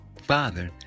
Father